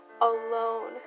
alone